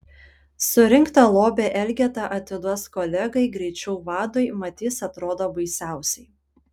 surinktą lobį elgeta atiduos kolegai greičiau vadui mat jis atrodo baisiausiai